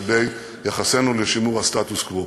לגבי יחסנו כלפי שימור הסטטוס-קוו.